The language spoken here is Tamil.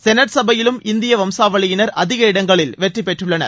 சௌட் சபையிலும் இந்திய வம்சாவளியினர் அதிக இடங்களில் வெற்றி பெற்றுள்ளனர்